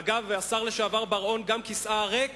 אגב, השר לשעבר בר-און, גם כיסאה הריק